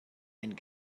and